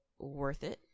Worthit